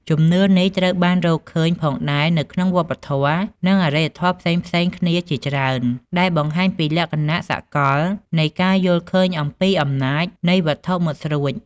ជំនឿនេះត្រូវបានរកឃើញផងដែរនៅក្នុងវប្បធម៌ និងអរិយធម៌ផ្សេងៗគ្នាជាច្រើន ដែលបង្ហាញពីលក្ខណៈសកលនៃការយល់ឃើញអំពីអំណាចនៃវត្ថុមុតស្រួច